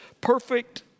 perfect